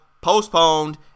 postponed